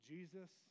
Jesus